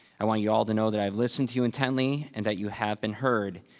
i want you all to know that i've listened to you intently and that you have been heard.